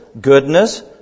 goodness